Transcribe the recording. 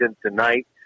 tonight